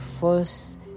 first